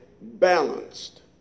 balanced